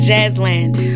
Jazzland